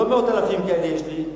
לא מאות אלפים כאלה יש לי.